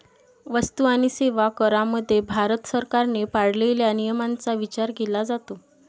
वस्तू आणि सेवा करामध्ये भारत सरकारने पाळलेल्या नियमांचा विचार केला जातो